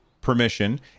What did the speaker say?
permission